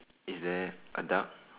is there a duck